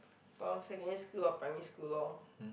from secondary school or primary school lor